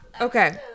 okay